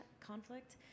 conflict